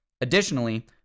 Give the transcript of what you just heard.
Additionally